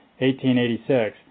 1886